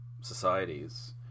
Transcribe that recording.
societies